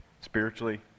spiritually